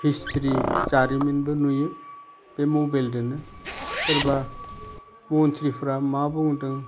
history जारिमिनबो नुयो बे मबेलजोंनो सोरबा मन्थ्रिफ्रा मा बुंदों